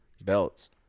belts